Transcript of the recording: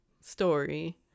story